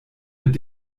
mit